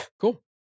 cool